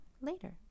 later